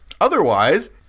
otherwise